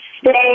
Stay